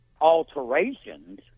alterations